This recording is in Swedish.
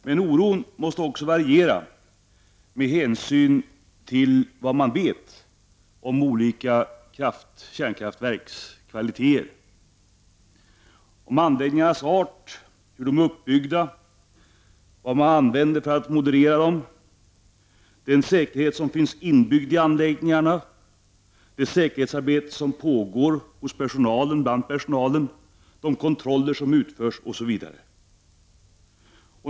Men oron måste också variera med hänsyn till vad man vet om olika känkraftverks kvaliteter — om anläggningarnas art, hur de är uppbyggda, vad man använder för att moderera dem, den säkerhet som finns inbyggd i anläggningarna, det säkerhetsarbete som pågår bland personalen, de kontroller som utförs osv.